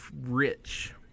Rich